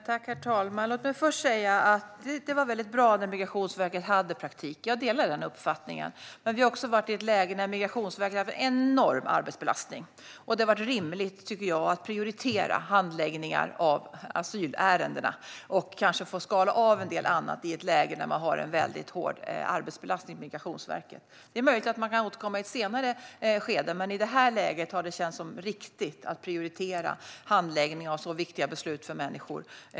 Herr talman! Låt mig först säga att jag delar uppfattningen att det var väldigt bra när Migrationsverket hade praktik. Men Migrationsverket har haft en enorm arbetsbelastning. Jag tyckte att det var rimligt att prioritera handläggningen av asylärendena och kanske skala av en del annat när arbetsbelastningen på Migrationsverket var så hård. Det är möjligt att det kan återkomma i ett senare skede, men just nu har det känts riktigt att prioritera handläggning av så viktiga beslut för människor.